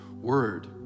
word